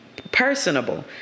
Personable